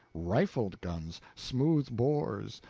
rifled guns, smooth bores,